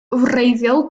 wreiddiol